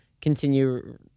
continue